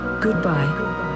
Goodbye